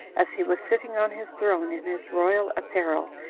as he was sitting on his throne, in his royal apparel,